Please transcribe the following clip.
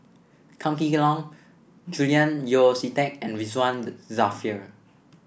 Kam Kee Yong Julian Yeo See Teck and Ridzwan Dzafir